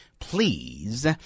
Please